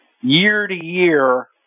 year-to-year